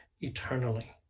eternally